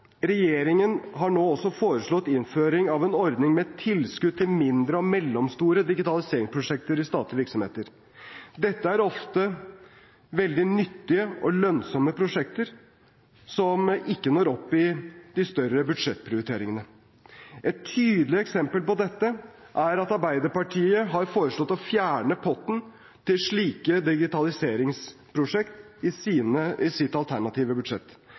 Regjeringen har nå også foreslått innføring av en ordning med tilskudd til mindre og mellomstore digitaliseringsprosjekter i statlige virksomheter. Dette er ofte veldig nyttige og lønnsomme prosjekter, som ikke når opp i de større budsjettprioriteringene. Et tydelig eksempel på dette er at Arbeiderpartiet har foreslått å fjerne potten til slike digitaliseringsprosjekter i sitt alternative budsjett.